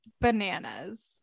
bananas